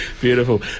Beautiful